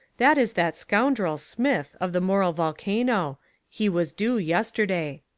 that is that scoundrel, smith, of the moral volcano he was due yesterday,